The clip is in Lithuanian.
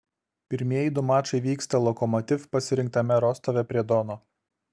pirmieji du mačai vyksta lokomotiv pasirinktame rostove prie dono